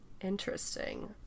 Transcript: Interesting